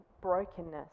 brokenness